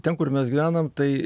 ten kur mes gyvenam tai